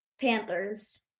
Panthers